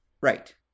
Right